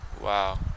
Wow